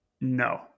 no